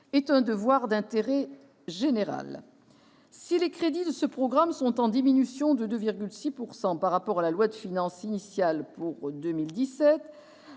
est un devoir d'intérêt général. Si les crédits de ce programme sont en diminution de 2,6 % par rapport à la loi de finances initiale pour 2017,